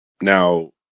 now